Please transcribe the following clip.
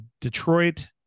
Detroit